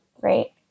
right